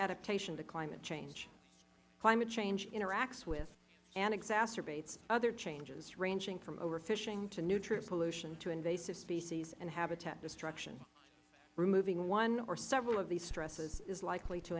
adaptation to climate change climate change interacts with and exacerbates other changes ranging from overfishing to nutrient pollution to invasive species and habitat destruction removing one or several of these stresses is likely to